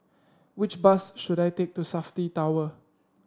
which bus should I take to Safti Tower